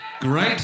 Great